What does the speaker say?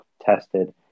tested